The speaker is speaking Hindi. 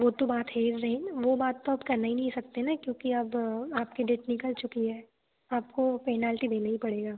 वो तो बात हे रही ना वो बात तो आप करना ही नहीं सकते ना क्योंकि अब आपकी डेट निकल चुकी है आपको पेनाल्टी देना ही पड़ेगा